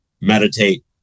meditate